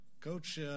Coach